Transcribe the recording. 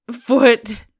foot